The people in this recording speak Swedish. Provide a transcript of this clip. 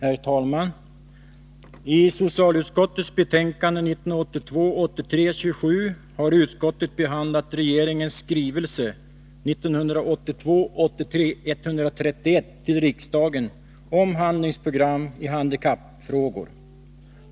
Herr talman! I socialutskottets betänkande 1982 83:131 till riksdagen om handlingsprogram i handikappfrågor.